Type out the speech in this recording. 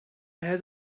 had